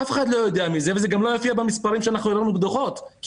אף אחד לא יודע על כך וזה גם לא יופיע במספרים שראינו בדוחות כי